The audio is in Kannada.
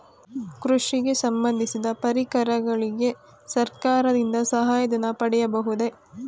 ಕೃಷಿಗೆ ಸಂಬಂದಿಸಿದ ಪರಿಕರಗಳಿಗೆ ಸರ್ಕಾರದಿಂದ ಸಹಾಯ ಧನ ಪಡೆಯಬಹುದೇ?